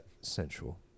sensual